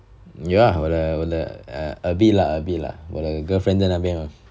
yeah 我的我的 err a bit lah a bit lah 我的 girlfriend 在那边 ah